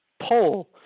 poll